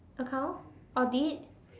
account audit